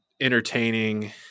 entertaining